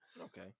Okay